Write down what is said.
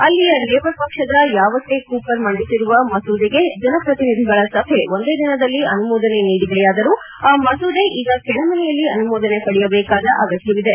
ಅಲ್ಲಿಯ ಲೇಬರ್ ಪಕ್ಷದ ಯಾವಣ್ಣೇ ಕೂಪರ್ ಮಂಡಿಸಿರುವ ಮಸೂದೆಗೆ ಜನಪ್ರತಿನಿಧಿಗಳ ಸಭೆ ಒಂದೇ ದಿನದಲ್ಲಿ ಅನುಮೋದನೆ ನೀಡಿದೆಯಾದರೂ ಆ ಮಸೂದೆ ಈಗ ಕೆಳಮನೆಯಲ್ಲಿ ಅನುಮೋದನೆ ಪಡೆಯಬೇಕಾದ ಅಗತ್ಯವಿದೆ